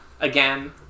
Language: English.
again